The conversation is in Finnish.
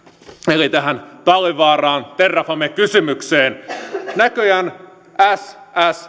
eli tähän talvivaaraan terrafame kysymykseen näköjään sss